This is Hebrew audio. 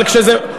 אבל כשזה,